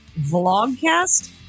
Vlogcast